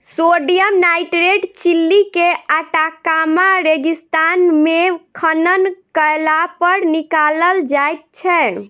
sodium nitrate Chile के Atacama रेगिस्तान मे खनन कयलापर निकालल जाइत छै